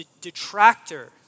detractor